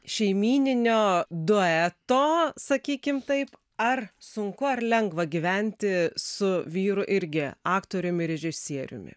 šeimyninio dueto sakykim taip ar sunku ar lengva gyventi su vyru irgi aktoriumi ir režisieriumi